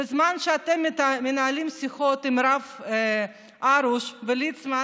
בזמן שאתם מנהלים שיחות עם הרב הרוש וליצמן